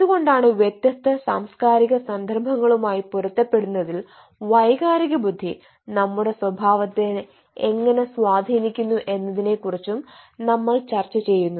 അതുകൊണ്ടാണ് വ്യത്യസ്ത സാംസ്കാരിക സന്ദർഭങ്ങളുമായി പൊരുത്തപ്പെടുന്നതിൽ വൈകാരിക ബുദ്ധി നമ്മുടെ സ്വഭാവത്തെ എങ്ങനെ സ്വാധീനിക്കുന്നു എന്നതിനെക്കുറിച്ചും നമ്മൾ ചർച്ച ചെയ്യുന്നത്